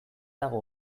dago